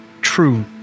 true